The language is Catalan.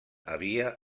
havia